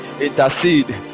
intercede